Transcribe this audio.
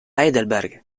heidelberg